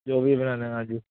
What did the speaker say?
ਜੋ ਵੀ ਬਣਾਉਣਾ ਹਾਂਜੀ